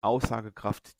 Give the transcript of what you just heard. aussagekraft